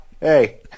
Hey